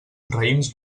raïms